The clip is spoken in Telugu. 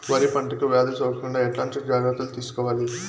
వరి పంటకు వ్యాధి సోకకుండా ఎట్లాంటి జాగ్రత్తలు తీసుకోవాలి?